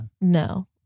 No